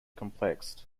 complex